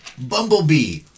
Bumblebee